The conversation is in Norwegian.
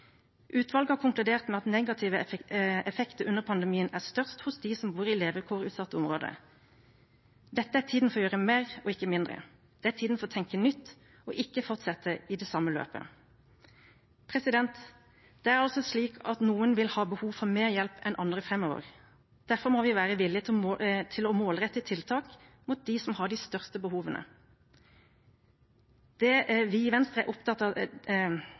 Utvalget har konkludert med at negative effekter under pandemien er størst hos dem som bor i levekårsutsatte områder. Dette er tiden for å gjøre mer og ikke mindre. Det er tiden for å tenke nytt og ikke fortsette i det samme løpet. Det er altså slik at noen vil ha behov for mer hjelp enn andre framover. Derfor må vi være villige til å målrette tiltak mot dem som har de største behovene. Det er vi i Venstre opptatt av